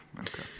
Okay